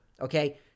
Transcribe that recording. Okay